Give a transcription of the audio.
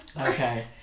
okay